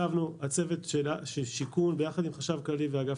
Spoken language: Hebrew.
הצוות של השיכון ביחד עם החשב הכללי ואגף